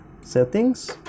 settings